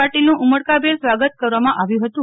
પાટીલનું ઉમળકાભર સ્વાગત કરવામાં આવ્યુ હતું